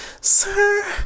sir